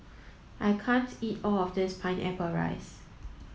I can't eat all of this pineapple rice